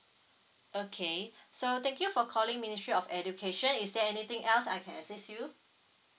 okay so thank you for calling ministry of education is there anything else I can assist you